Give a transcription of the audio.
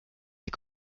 des